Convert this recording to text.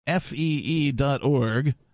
FEE.org